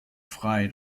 frei